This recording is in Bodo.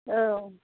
औ